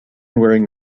wearing